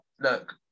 Look